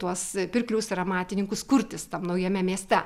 tuos pirklius ir amatininkus kurtis tam naujame mieste